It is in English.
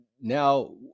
now